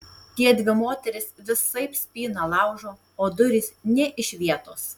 tiedvi moterys visaip spyną laužo o durys nė iš vietos